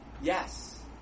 yes